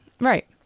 Right